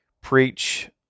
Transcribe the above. preach